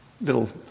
little